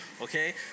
Okay